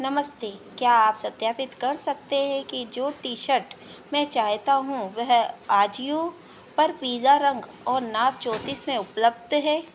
नमस्ते क्या आप सत्यापित कर सकते हैं कि जो टी शर्ट मैं चाहता हूँ वह ऑजिओ पर पीला रंग और नाप चौँतीस में उपलब्ध है